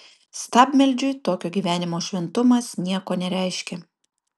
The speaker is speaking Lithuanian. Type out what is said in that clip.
stabmeldžiui tokio gyvenimo šventumas nieko nereiškia